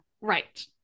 Right